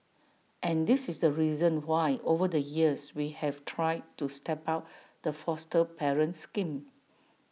and this is the reason why over the years we have tried to step up the foster parent scheme